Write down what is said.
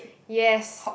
yes